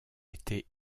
était